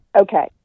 Okay